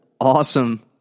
awesome